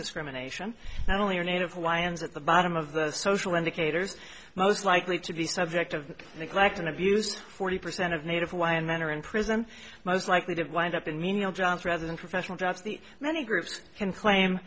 discrimination not only are native hawaiians at the bottom of the social indicators most likely to be subject of neglect and abuse forty percent of native hawaiian men are in prison most likely to wind up in menial jobs rather than professional jobs the many groups can claim